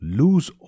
lose